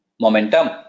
momentum